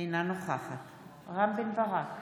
אינה נוכחת רם בן ברק,